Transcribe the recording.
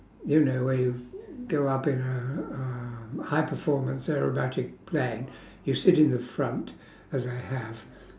you know where you go up in a um high performance aerobatic plane you sit in the front as I have